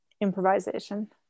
improvisation